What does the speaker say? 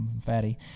fatty